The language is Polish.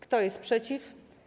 Kto jest przeciw?